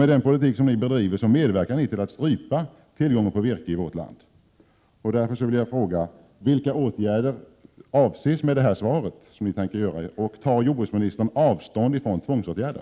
Med den politik som socialdemokraterna bedriver medverkar de till att strypa tillgången på virke i vårt land. Därför vill jag fråga: Vilka åtgärder i svaret är det som ni avser att vidta? Och tar jordbruksministern avstånd från tvångsåtgärder?